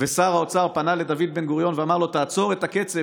שר האוצר פנה לדוד בן-גוריון ואמר לו: תעצור את הקצב,